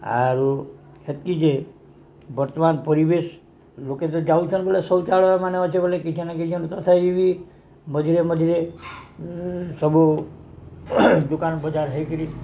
ଆରୁ ହେତ୍କି ଯେ ବର୍ତ୍ତମାନ ପରିବେଶ ଲୋକେ ତ ଯାଉଛନ୍ ବୋଳେ ଶୌଚାଳୟ ମାନ ଅଛେ ବୋଲେ କିଛି ନା କିଛି ଥାଇ ବି ମଝିରେ ମଝିରେ ସବୁ ଦୋକାନ ବଜାର ହେଇକିରି